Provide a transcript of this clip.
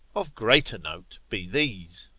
of greater note be these.